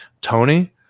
Tony